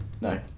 No